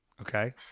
Okay